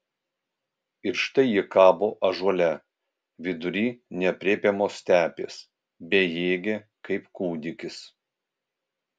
ir štai ji kabo ąžuole vidury neaprėpiamos stepės bejėgė kaip kūdikis